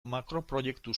makroproiektu